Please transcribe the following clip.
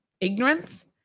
ignorance